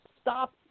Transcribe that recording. stop